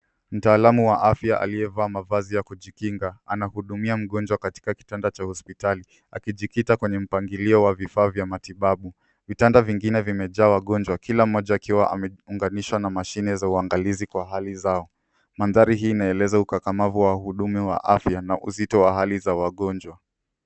Mtaalamu wa afya aliyevaa mavazi ya kujikinga anahudumia mgonjwa katika kitanda cha hospitali akijikita kwenye mpangilio wa vifaa vya matibabu. Vitanda vingine vimejaa wagonjwa. Kila mmoja akiwa ameunganishwa na mashine za uangalizi kwa hali zao. Mandhari hii inaeleza ukakamavu wa wahudumu wa afya na uzito wa hali za wagonjwa.